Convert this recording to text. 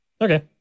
okay